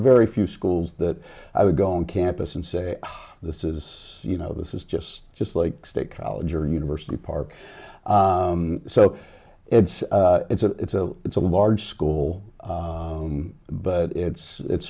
very few schools that i would go on campus and say this is you know this is just just like state college or university park so it's it's a it's a it's a large school but it's